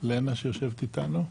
לנה שיושבת איתנו.